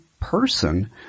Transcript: person